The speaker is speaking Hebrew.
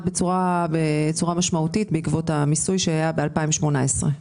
בצורה משמעותית בעקבות המיסוי שהיה ב-2018.